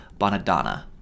Bonadonna